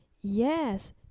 Yes